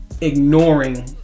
ignoring